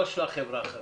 לא של החברה החרדית,